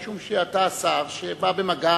משום שאתה שר שבא במגע